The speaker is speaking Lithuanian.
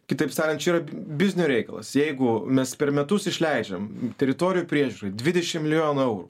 kitaip sakant čia yra biznio reikalas jeigu mes per metus išleidžiam teritorijų priežiūrai dvidešimt milijonų eurų